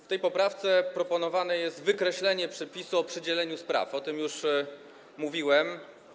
W tej poprawce proponowane jest wykreślenie przepisu o przydzielaniu spraw, o tym już mówiłem.